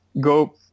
go